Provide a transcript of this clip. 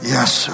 Yes